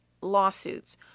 lawsuits